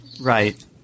Right